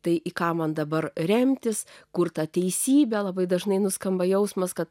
tai į ką man dabar remtis kurta teisybė labai dažnai nuskamba jausmas kad